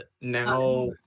now